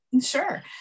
Sure